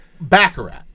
Baccarat